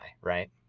right